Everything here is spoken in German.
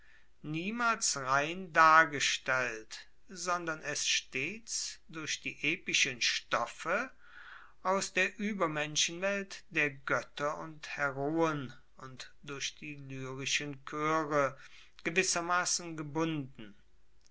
niemals rein dargestellt sondern es stets durch die epischen stoffe aus der uebermenschenwelt der goetter und heroen und durch die lyrischen choere gewissermassen gebunden